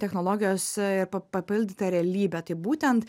technologijos e ir pa papildyta realybė tai būtent